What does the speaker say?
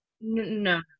no